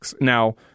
Now